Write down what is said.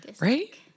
Right